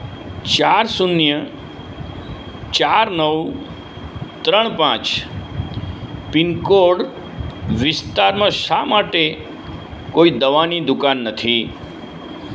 ચાર શૂન્ય ચાર નવ ત્રણ પાંચ પિનકોડ વિસ્તારમાં શા માટે કોઈ દવાની દુકાન નથી